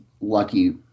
lucky